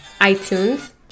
iTunes